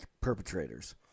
perpetrators